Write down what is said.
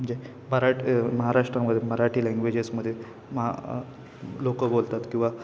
म्हणजे मराट महाराष्ट्रामध्ये मराठी लँग्वेजेसमध्ये महा लोकं बोलतात किंवा